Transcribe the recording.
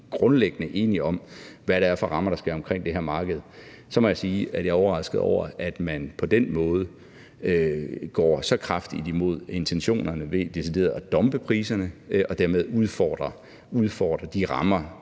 grundlæggende enige om, hvad det er for rammer, der skal være omkring det her marked. Jeg må sige, at jeg er overrasket over, at man på den måde går så kraftigt imod intentionerne ved decideret at dumpe priserne og dermed udfordre de rammer,